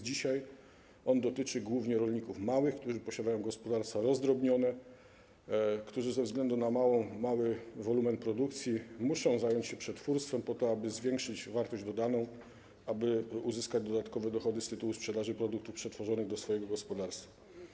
Dzisiaj on dotyczy głównie małych rolników, którzy posiadają gospodarstwa rozdrobnione i którzy ze względu na mały wolumen produkcji muszą zająć się przetwórstwem, po to aby zwiększyć wartość dodaną, aby uzyskać dodatkowe dochody z tytułu sprzedaży produktów przetworzonych do swojego gospodarstwa.